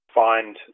find